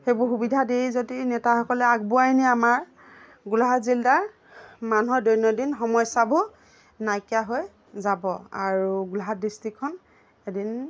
সেইবোৰ সুবিধা দি যদি নেতাসকলে আগুৱাই নিয়ে আমাৰ গোলাঘাট জিলাৰ মানুহৰ দৈনন্দিন সমস্যাবোৰ নাইকিয়া হৈ যাব আৰু গোলঘাট ডিষ্ট্ৰিকখন এদিন